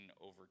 over